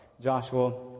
Joshua